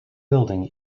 building